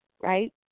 right